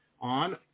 on